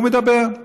והוא מדבר.